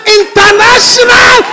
international